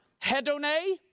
hedone